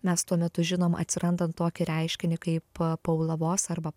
mes tuo metu žinom atsirandant tokį reiškinį kaip paulavos arba